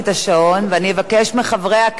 ואני אבקש מחברי הכנסת